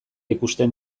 ikusten